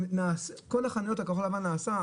כל החניות הכחול לבן נעשו,